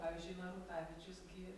pavyzdžiui narutavičius gi